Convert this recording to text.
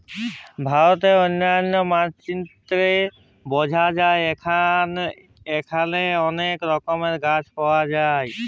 ভারতের অলন্য মালচিত্রে বঝা যায় এখালে অলেক রকমের গাছ পায়া যায়